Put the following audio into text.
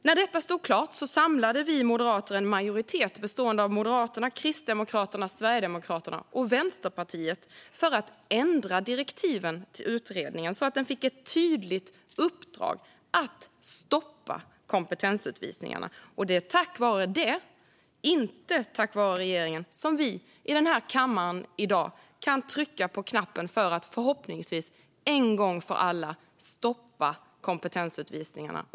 När detta stod klart samlade vi moderater en majoritet bestående av Moderaterna, Kristdemokraterna, Sverigedemokraterna och Vänsterpartiet för att ändra direktiven till utredningen så att den fick ett tydligt uppdrag att stoppa kompetensutvisningarna. Det är tack vare det - inte tack vare regeringen - som vi i den här kammaren i dag kan trycka på knappen för att, förhoppningsvis, en gång för alla stoppa kompetensutvisningarna.